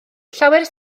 llawer